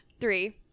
Three